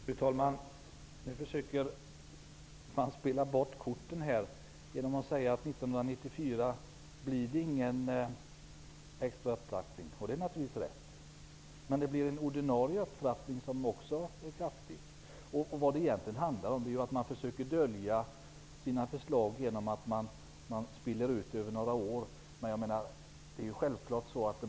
Fru talman! Nu försöker Mikael Odenberg spela bort korten genom att säga att det inte blir någon extra upptrappning 1994. Det är naturligtvis rätt. Men det blir en ordinarie upptrappning som också är kraftig. Det handlar egentligen om att regeringen försöker dölja sina förslag genom att spilla ut effekterna av dem över några år.